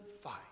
fight